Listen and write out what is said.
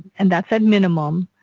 and that's at minimum.